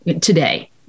today